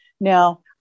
now